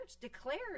declared